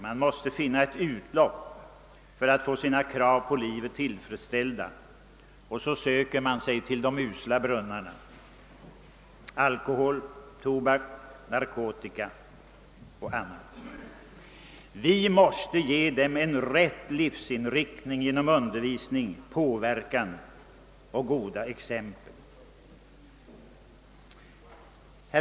Man måste finna ett medel för att få sina krav på livet tillfredsställda, och så söker man sig till de usla brunnarna: alkohol, tobak, narkotika och annat. Vi måste ge de unga en rätt livsinriktning genom undervisning, påverkan och goda exempel.